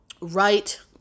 right